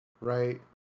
right